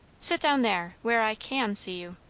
sit down there, where i can see you.